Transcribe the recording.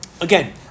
Again